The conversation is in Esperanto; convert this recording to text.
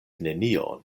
nenion